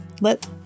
let